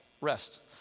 rest